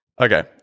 Okay